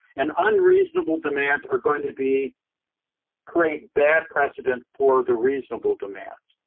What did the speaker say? and unreasonable demands are going to be create bad precedent for the reasonable demands.